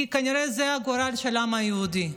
כי כנראה זה הגורל של העם היהודי.